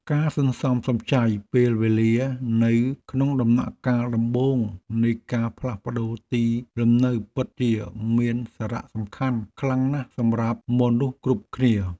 ការសន្សំសំចៃពេលវេលានៅក្នុងដំណាក់កាលដំបូងនៃការផ្លាស់ប្ដូរទីលំនៅពិតជាមានសារៈសំខាន់ខ្លាំងណាស់សម្រាប់មនុស្សគ្រប់គ្នា។